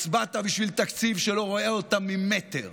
והצבעת בשביל תקציב שלא רואה אותם ממטר.